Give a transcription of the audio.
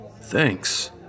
thanks